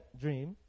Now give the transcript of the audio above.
dream